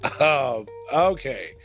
okay